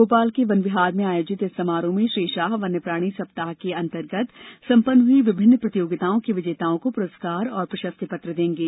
भोपाल ँके वन विहार में आयोजित इस समारोह में श्री शाह वन्यप्राणी सप्ताह के अंतर्गत सम्पन्न हई विभिन्न प्रतियोगिताओं के विजेताओं को पुरस्कार और प्रशस्ति पत्र देंगे